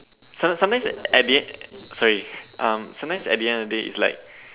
some sometimes at the end sorry um sometimes at the end of the day is like